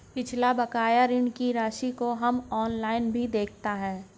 पिछला बकाया ऋण की राशि को हम ऑनलाइन भी देखता